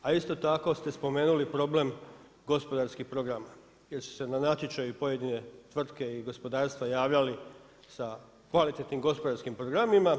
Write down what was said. A isto tako ste spomenuli problem, gospodarski program, jer su se na natječaju pojedine tvrtke i gospodarstva javljali sa kvalitetnim gospodarskim programima.